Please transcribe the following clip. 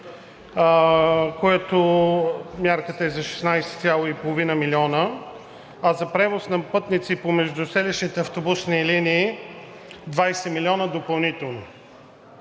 като мярката е за 16,5 милиона, а за превоз на пътници по междуселищните автобусни линии – 20 милиона допълнително.